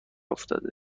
افتاده